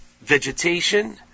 vegetation